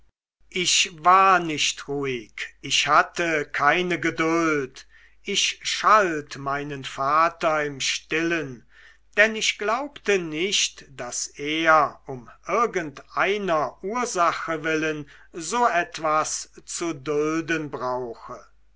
ich war nicht ruhig ich hatte keine geduld ich schalt meinen vater im stillen denn ich glaubte nicht daß er um irgendeiner ursache willen so etwas zu dulden brauche